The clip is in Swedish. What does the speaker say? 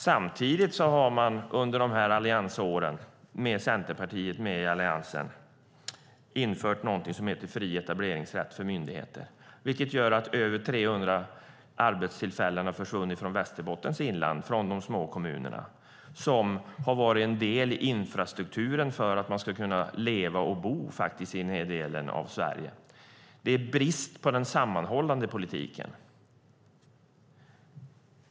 Samtidigt har det under dessa år med Centerpartiet och den övriga Alliansen införts något som heter fri etableringsrätt för myndigheter, vilket har gjort att över 300 arbetstillfällen har försvunnit från Västerbottens inland från de små kommunerna som har varit en del i infrastrukturen för att man ska kunna leva och bo i denna del av Sverige. Det är brist på en sammanhållande politik.